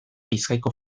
bizkaiko